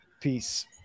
peace